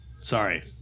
Sorry